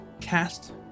cast